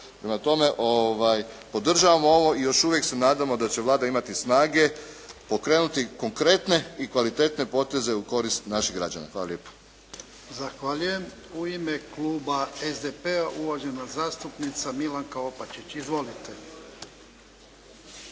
Prema tome, podržavamo ovo i još uvijek se nadamo da će Vlada imati snage pokrenuti konkretne i kvalitetne poteze u korist naših građana. Hvala lijepo.